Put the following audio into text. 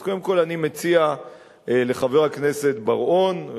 אז קודם כול אני מציע לחבר הכנסת בר-און,